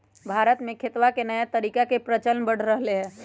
भारत में खेतवा के नया तरीका के प्रचलन बढ़ रहले है